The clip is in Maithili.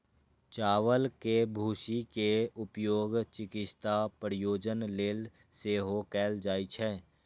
चावल के भूसी के उपयोग चिकित्सा प्रयोजन लेल सेहो कैल जाइ छै